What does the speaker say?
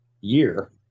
year